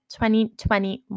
2021